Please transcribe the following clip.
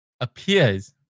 appears